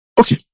Okay